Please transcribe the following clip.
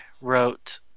wrote